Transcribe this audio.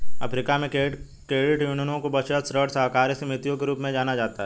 Africa में, credit यूनियनों को बचत, ऋण सहकारी समितियों के रूप में जाना जाता है